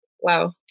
Wow